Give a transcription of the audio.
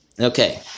Okay